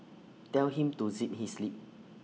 tell him to zip his lip